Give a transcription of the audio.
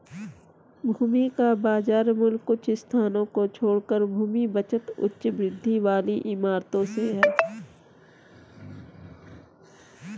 भूमि का बाजार मूल्य कुछ स्थानों को छोड़कर भूमि बचत उच्च वृद्धि वाली इमारतों से है